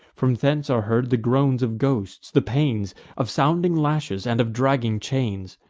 from hence are heard the groans of ghosts, the pains of sounding lashes and of dragging chains.